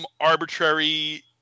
arbitrary